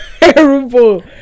terrible